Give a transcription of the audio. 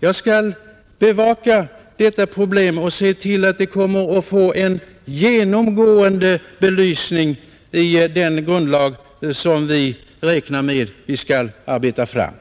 Jag skall bevaka detta problem och se till att det kommer att få en genomgående belysning i den grundlag, som vi räknar med att vi skall arbeta fram.